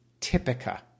Typica